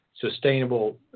sustainable